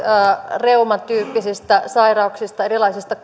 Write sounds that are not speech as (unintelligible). reumatyyppisistä sairauksista erilaisista (unintelligible)